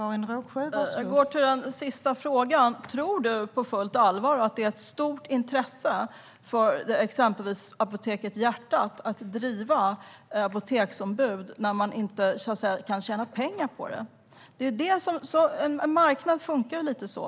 Fru talman! Jag går till den sista frågan: Tror du på fullt allvar att det finns ett stort intresse hos exempelvis Apotek Hjärtat att driva apoteksombud när man inte kan tjäna pengar på det? En marknad funkar ju lite så.